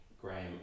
Graham